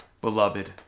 beloved